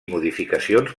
modificacions